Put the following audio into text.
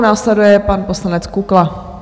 Následuje pan poslanec Kukla.